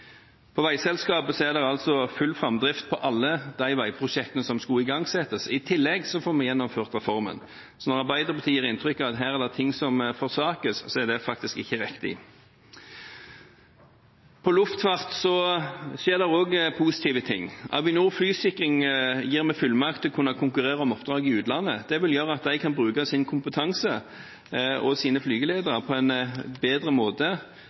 I veiselskapet er det altså full framdrift på alle de veiprosjektene som skulle igangsettes. I tillegg får vi gjennomført reformen. Når Arbeiderpartiet gir inntrykk av at det er ting som forsakes her, er det faktisk ikke riktig. Innenfor luftfart skjer det også positive ting. Vi gir Avinor Flysikring AS fullmakt til å kunne konkurrere om oppdrag i utlandet. Det vil gjøre at de kan bruke sin kompetanse og sine flyveledere på en bedre måte,